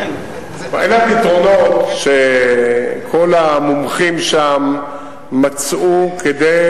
אלה הפתרונות שכל המומחים שם מצאו כדי